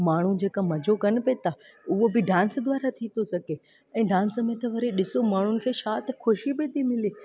माण्हू जेको मज़ो कनि बि था उहो बि डांस द्वारा थी थो सघे ऐं डांस में त वरी ॾिसो माण्हुनि खे छा त ख़ुशी पई थी मिले